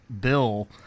bill